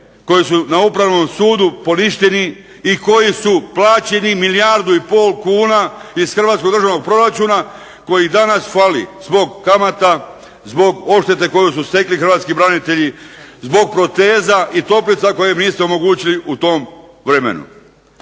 koji su na Upravnom sudu poništeni i koji su plaćeni milijardu i pol kuna iz hrvatskog državnog proračuna koji danas fali zbog kamata, zbog oštete koje su stekli hrvatski branitelji, zbog proteza i toplica koje im niste omogućili u tom vremenu.